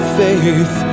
faith